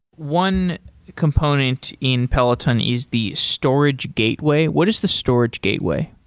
one component in peloton is the storage gateway. what is the storage gateway?